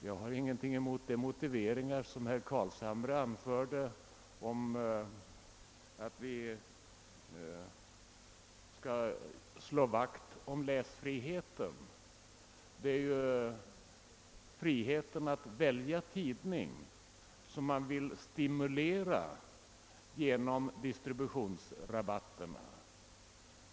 Jag har ingenting emot de motiveringar som herr Carlshamre anfört, nämligen att vi bör slå vakt om läsfriheten. Det är ju friheten att välja tidning som man vill stimulera genom distributionsrabatterna.